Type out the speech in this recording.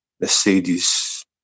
Mercedes